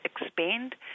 expand